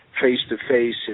face-to-face